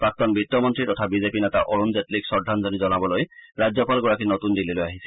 প্ৰাক্তন বিত্তমন্ত্ৰী তথা বিজেপি নেতা অৰুণ জেটলিক শ্ৰদ্ধাঞ্জলি জনাবলৈ ৰাজ্যপালগৰাকী নতুন দিল্লীলৈ আহিছিল